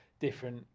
different